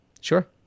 Sure